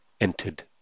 entered